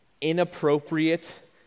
inappropriate